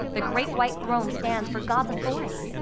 the great white throne stands for god's authority.